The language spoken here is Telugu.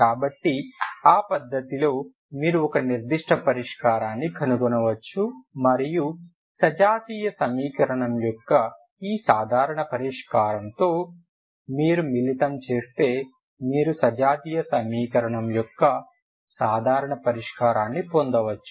కాబట్టి ఆ పద్ధతిలో మీరు ఒక నిర్దిష్ట పరిష్కారాన్ని కనుగొనవచ్చు మరియు సజాతీయ సమీకరణం యొక్క ఈ సాధారణ పరిష్కారంతో మీరు మిళితం చేస్తే మీరు సజాతీయ సమీకరణం యొక్క సాధారణ పరిష్కారాన్ని పొందవచ్చు